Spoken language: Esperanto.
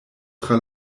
tra